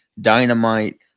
Dynamite